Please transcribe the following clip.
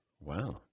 Wow